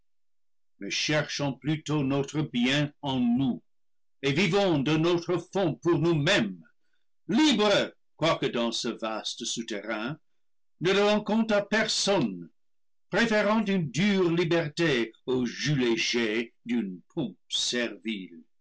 mais cherchons plutôt notre bien en nous et vivons de notre fond pour nous-mêmes libres quoique dans ce vaste souterrain ne devant compte à personne préférant une dure liberté au joug léger d'une